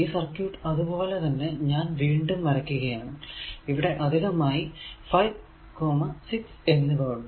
ഈ സർക്യൂട് അതുപോലെ തന്നെ ഞാൻ വീണ്ടും വരക്കുകയാണ് ഇവിടെ അധികമായി 5 6 എന്നിവ ഉണ്ട്